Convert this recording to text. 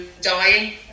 dying